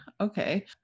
okay